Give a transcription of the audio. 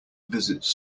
visits